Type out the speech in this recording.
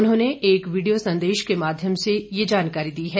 उन्होंने एक वीडियो संदेश के माध्यम से ये जानकारी दी है